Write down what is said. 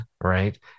right